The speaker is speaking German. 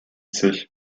sich